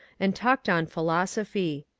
and talked on philosophy.